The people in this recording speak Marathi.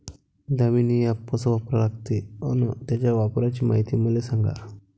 दामीनी ॲप कस वापरा लागते? अन त्याच्या वापराची मायती मले सांगा